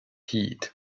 heat